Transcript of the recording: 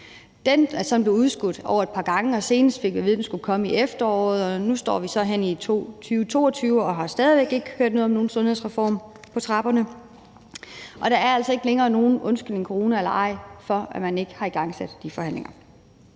Den er sådan blevet udskudt et par gange, og senest fik vi at vide, at den skulle komme i efteråret. Nu står vi så her i 2022 og har stadig væk ikke hørt noget om, at der skulle være en sundhedsreform på trapperne. Der er altså ikke længere nogen undskyldning – corona eller ej – for, at man ikke har igangsat de forhandlinger.